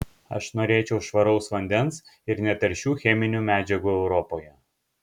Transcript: aš norėčiau švaraus vandens ir netaršių cheminių medžiagų europoje